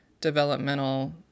developmental